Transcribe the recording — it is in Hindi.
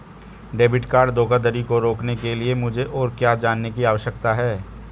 डेबिट कार्ड धोखाधड़ी को रोकने के लिए मुझे और क्या जानने की आवश्यकता है?